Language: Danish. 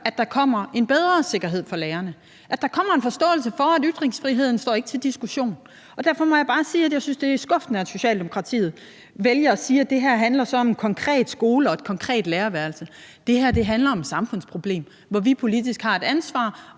at der kommer en bedre sikkerhed for lærerne, at der kommer en forståelse for, at ytringsfriheden ikke står til diskussion. Derfor må jeg bare sige, at jeg synes, det er skuffende, at Socialdemokratiet vælger at sige, at det her så handler om en konkret skole og et konkret lærerværelse. Det her handler om et samfundsproblem, hvor vi politisk har et ansvar,